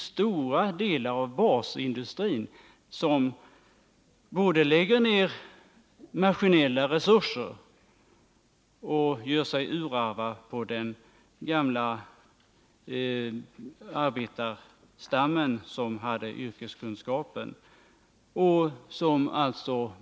Stora delar av basindustrin lägger ned maskinella resurser och gör sig urarva på den gamla arbetarstammen som hade yrkeskunskaperna.